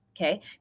okay